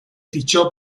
fichó